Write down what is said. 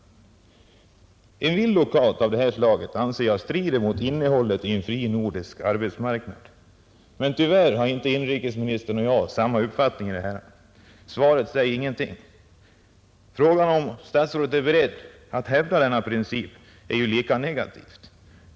En vild lockout av detta slag strider, anser jag, mot innehållet i en fri nordisk arbetsmarknad. Men tyvärr har inrikesministern och jag inte samma uppfattning i detta fall. Svaret säger ingenting. Svaret på frågan om statsrådet är beredd att hävda den princip det här gäller är lika negativt.